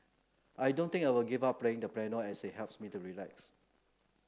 I don't think I will give up playing the piano as it helps me to relax